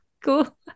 cool